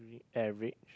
every